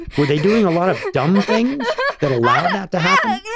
were they doing a lot of dumb things that allow that to happen?